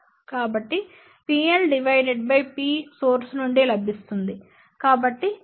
కాబట్టి Pl divided by P source నుండి లభిస్తుంది